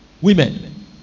Women